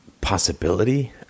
possibility